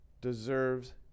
deserves